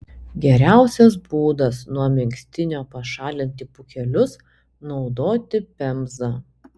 geriausias būdas nuo megztinio pašalinti pūkelius naudoti pemzą